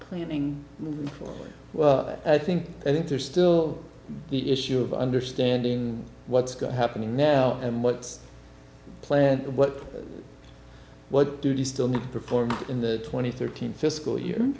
planning well i think there's still the issue of understanding what's good happening now and what's plan what what do you still need to perform in the twenty thirteen fiscal year